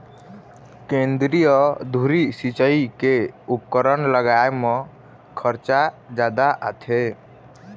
केंद्रीय धुरी सिंचई के उपकरन लगाए म खरचा जादा आथे